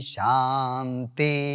Shanti